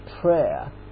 prayer